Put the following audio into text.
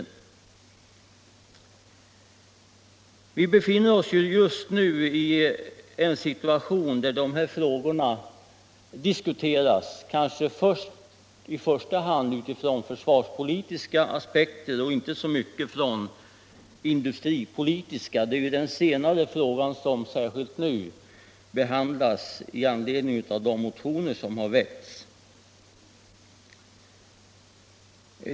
Vi befinner oss i en situation där dessa frågor diskuteras kanske i första hand ur försvarspolitiska aspekter och inte så mycket ur industripolitiska. Det är ju den senare frågan som behandlas nu med anledning av de motioner som har väckts.